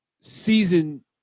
season